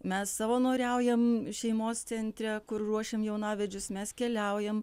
mes savanoriaujam šeimos centre kur ruošiam jaunavedžius mes keliaujam